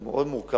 הוא מאוד מורכב,